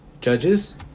Judges